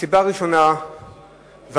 הסיבה הראשונה והעיקרית,